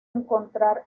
encontrar